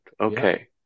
Okay